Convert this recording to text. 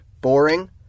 boring